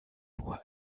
nur